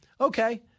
Okay